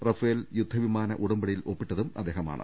Rafale യുദ്ധ വിമാന ഉടമ്പടിയിൽ ഒപ്പിട്ടതും അദ്ദേഹമാണ്